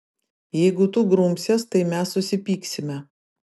jeigu tu grumsies tai mes susipyksime